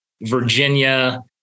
Virginia